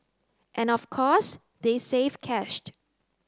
and of course they saved cash